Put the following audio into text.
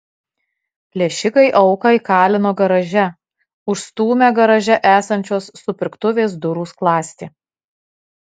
plėšikai auką įkalino garaže užstūmę garaže esančios supirktuvės durų skląstį